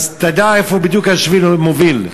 אז תדע איפה בדיוק השביל מוביל.